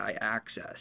access